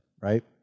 right